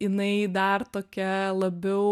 inai dar tokia labiau